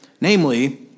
namely